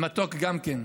המתוק גם כן,